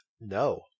No